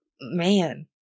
man